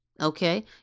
Okay